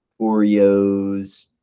oreos